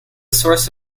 source